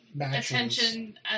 Attention